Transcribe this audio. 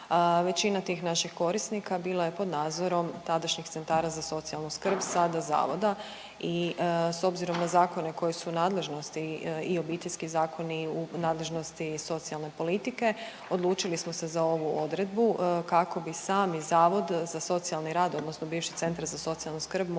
Većina tih naših korisnika bila je pod nadzorom tadašnjih centara za socijalnu skrb, sada zavoda i s obzirom na zakone koji su nadležnosti i Obiteljski zakon i u nadležnosti socijalne politike odlučili smo se za ovu odredbu kako bi sami Zavod za socijalnu rad odnosno bivši Centar za socijalnu skrb